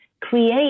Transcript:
create